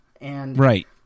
Right